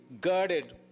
guarded